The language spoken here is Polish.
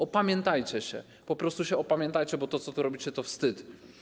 Opamiętajcie się, po prostu się opamiętajcie, bo to, co tu robicie, to wstyd.